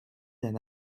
d’un